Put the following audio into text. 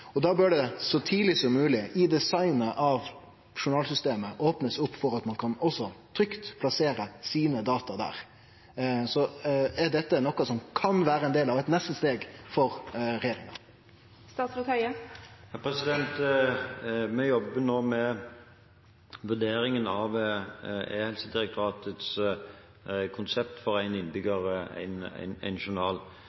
og da bør det så tidleg som mogleg i designet av journalsystemet bli opna opp for at ein også trygt kan plassere sine data der. Er dette noko som kan vere ein del av eit neste steg for regjeringa? Vi jobber nå med vurderingen av e-helsedirektoratets konsept for